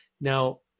now